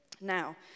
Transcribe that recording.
Now